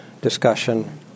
discussion